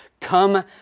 come